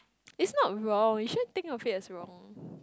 is not wrong you just think of it as wrong